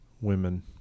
women